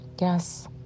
yes